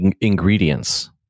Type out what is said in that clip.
ingredients